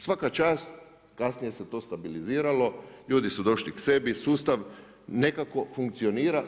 Svaka čast, kasnije se to stabiliziralo, ljudi su došli sebi, sustav nekako funkcionira.